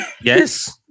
Yes